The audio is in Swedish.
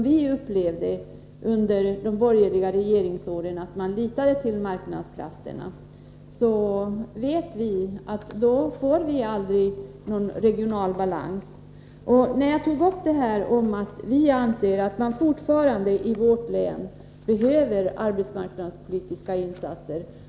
Vi upplevde under de borgerliga åren att de styrande litade till att marknadskrafterna skulle lösa problemen, och vi vet att man under sådana förhållanden aldrig får någon regional balans. Jag framhöll tidigare att vi i vårt län fortfarande anser att det där behövs arbetsmarknadspolitiska insatser.